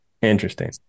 Interesting